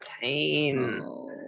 Pain